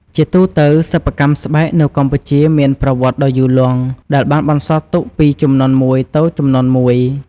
ជាទូទៅ សិប្បកម្មស្បែកនៅកម្ពុជាមានប្រវត្តិដ៏យូរលង់ ដែលបានបន្សល់ទុកពីជំនាន់មួយទៅជំនាន់មួយ។